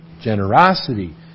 generosity